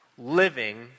living